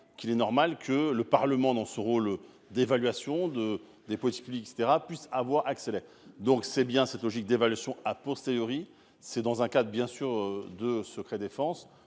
qu'il est normal que le Parlement dans ce rôle d'évaluation de des politiques publiques et cetera puissent avoir accès. Donc c'est bien cette logique d'évaluation a posteriori. C'est dans un cadre bien sûr de secret défense.